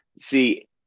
see